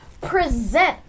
present